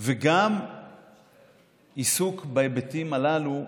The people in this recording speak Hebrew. וגם עיסוק בהיבטים הללו,